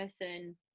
person